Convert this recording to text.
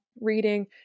reading